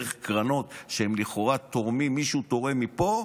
דרך קרנות שלכאורה מישהו תורם מפה,